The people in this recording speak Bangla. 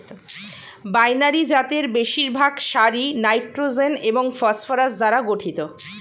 বাইনারি জাতের বেশিরভাগ সারই নাইট্রোজেন এবং ফসফরাস দ্বারা গঠিত